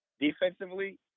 Defensively